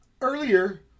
Earlier